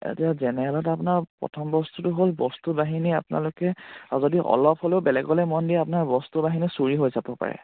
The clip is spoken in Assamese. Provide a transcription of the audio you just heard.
এতিয়া জেনেৰেলত আপোনাৰ প্ৰথম বস্তটো হ'ল বস্তু বাহানী আপোনালোকে আৰু যদি অলপ হ'লেও বেলেগ গ'লে মন দিয়ে আপোনাৰ বস্তু বাহানী চুৰি হৈ যাব পাৰে